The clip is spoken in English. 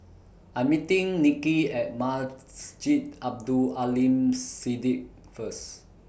I'm meeting Nicki At Abdul Aleem Siddique First